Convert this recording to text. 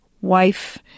wife